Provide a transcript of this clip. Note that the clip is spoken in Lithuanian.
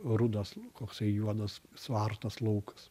rudos koksai juodas suartas laukas